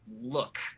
look